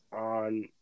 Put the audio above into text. on